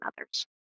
others